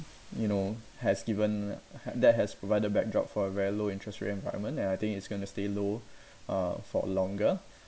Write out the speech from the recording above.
you know has given ha~ that has provided backdrop for a very low interest rate environment and I think it's going to stay low uh for a longer